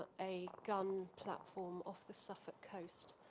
ah a gun platform off the suffolk coast,